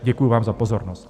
Děkuji vám za pozornost.